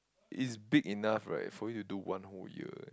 is big enough right for you to do one whole year